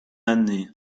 année